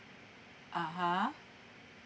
(uh huh)